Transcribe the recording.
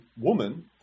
woman